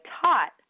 taught